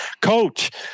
coach